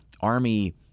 Army